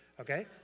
Okay